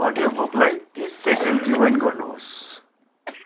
अडियोबुकलाई तिस second rewind गर्नुहोस्